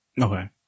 Okay